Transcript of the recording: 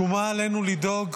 חברים, שומה עלינו לדאוג